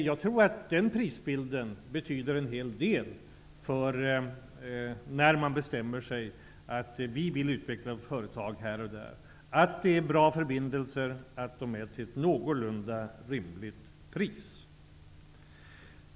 Jag tror att den prisbilden betyder en hel del när man bestämmer sig för att utveckla företag på olika ställen. Förbindelserna måste vara bra och priset någorlunda rimligt.